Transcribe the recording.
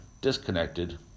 disconnected